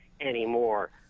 anymore